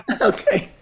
Okay